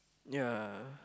ya